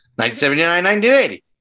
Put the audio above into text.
1979-1980